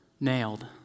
nailed